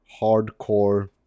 hardcore